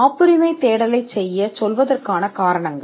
எனவேகாப்புரிமை தேடலை ஆர்டர் செய்வதற்கான காரணங்கள்